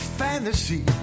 fantasy